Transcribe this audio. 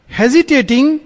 hesitating